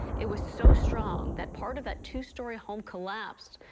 it was so strong that part of that two-story home collapsed.